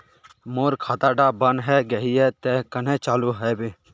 मोर खाता डा बन है गहिये ते कन्हे चालू हैबे?